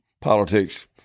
politics